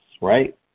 right